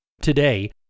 Today